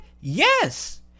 yes